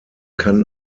kann